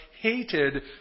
hated